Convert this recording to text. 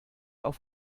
auf